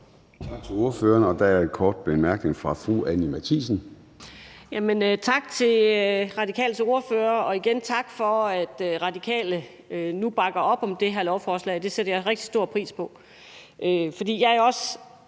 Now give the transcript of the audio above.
Tak til ordføreren. Der er en kort bemærkning fra fru Anni Matthiesen. Kl. 14:24 Anni Matthiesen (V): Tak til Radikales ordfører. Og igen tak for, at Radikale nu bakker op om det her lovforslag – det sætter jeg rigtig stor pris på. For jeg er også